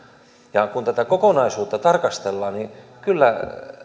ja kun tätä kokonaisuutta tarkastellaan kyllä